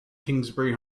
kingsbury